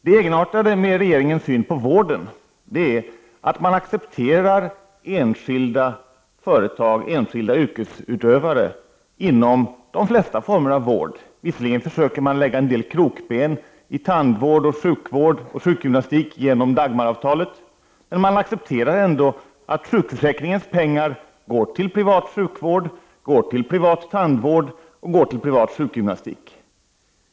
Det egenartade med regeringens syn på vården är att den accepterar enskilda företag, enskilda yrkesutövare, inom de flesta formerna av vård. Visserligen försöker regeringen lägga en del krokben inom tandvården, sjukvården och sjukgymnastiken genom Dagmaravtalet, men den accepterar ändå att sjukförsäkringens pengar går till privat sjukvård, privat tandvård och privat sjukgymnastik.